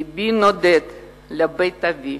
לבי נודד לבית אבי,